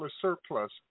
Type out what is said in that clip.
surplus